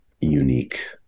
unique